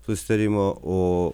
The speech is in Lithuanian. susitarimo o